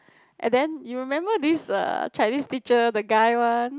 and then you remember this uh Chinese teacher the guy one